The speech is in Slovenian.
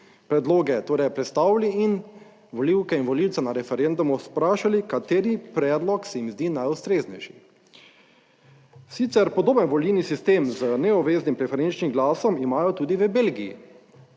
predloge torej prestavili in volivke in volivce na referendumu vprašali, kateri predlog se jim zdi najustreznejši. Sicer podoben volilni sistem z neobveznim preferenčnim glasom imajo tudi v Belgiji.